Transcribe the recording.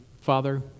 Father